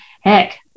heck